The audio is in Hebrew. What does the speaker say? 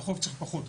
בחורף צריך פחות,